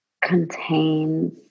contains